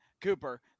Cooper